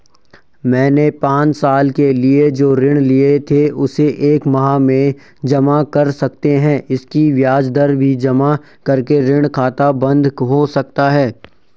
मैंने पांच साल के लिए जो ऋण लिए थे उसे एक माह में जमा कर सकते हैं इसकी ब्याज दर भी जमा करके ऋण खाता बन्द हो सकता है?